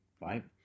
right